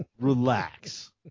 relax